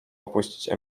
opuścić